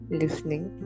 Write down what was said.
listening